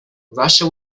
russia